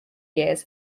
years